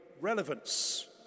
relevance